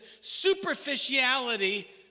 superficiality